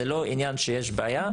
זה לא עניין שיש בעיה.